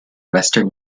western